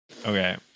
Okay